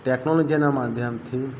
ટેક્નોલોજીના માધ્યમથી